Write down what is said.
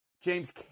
James